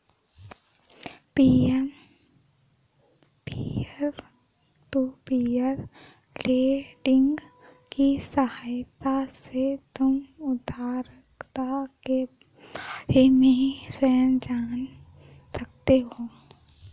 peer to peer lending की सहायता से तुम उधारकर्ता के बारे में स्वयं जान सकते हो